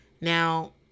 Now